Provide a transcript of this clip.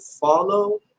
follow